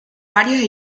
varios